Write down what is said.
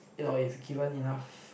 you know if you give them enough